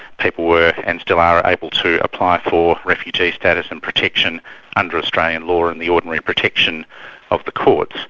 people were, and still are able to apply for refugee status and protection under australian law and the ordinary protection of the courts.